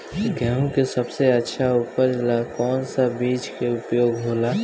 गेहूँ के सबसे अच्छा उपज ला कौन सा बिज के उपयोग होला?